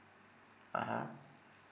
(uh huh)